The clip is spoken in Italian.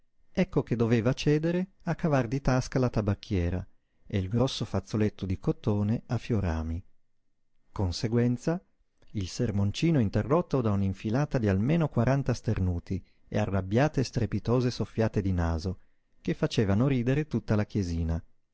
ecco che doveva cedere a cavar di tasca la tabacchiera e il grosso fazzoletto di cotone a fiorami conseguenza il sermoncino interrotto da un'infilata di almeno quaranta sternuti e arrabbiate e strepitose soffiate di naso che facevano ridere tutta la chiesina